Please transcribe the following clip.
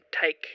take